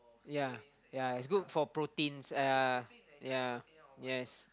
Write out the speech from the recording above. yea yea it's good for proteins uh yea yes